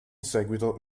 seguito